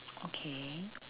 okay